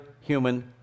human